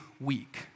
weak